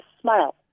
smile